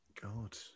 God